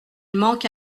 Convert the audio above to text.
manque